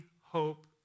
hope